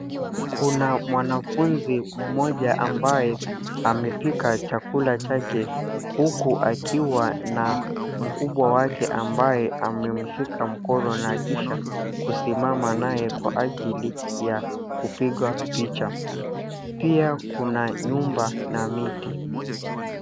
Kuna mwanafunzi mmoja ambaye amepika chakula chake huku akiwa na mkubwa wake ambaye amamshika mkono na kisha kusimama naye kwa ajili ya kupiga picha pia kuna nyumba na miti.